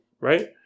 right